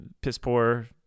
piss-poor